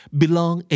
belong